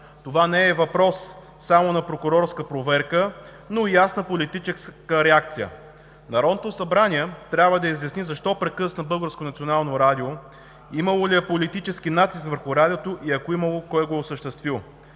Това не е въпрос само на прокурорска проверка, но и ясна политическа реакция. Народното събрание трябва да изясни защо прекъсна Българското национално радио, имало ли е политически натиск върху радиото и, ако е имало, кой го е осъществил?